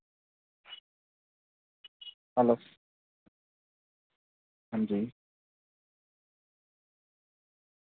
hello अंजी